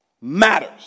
matters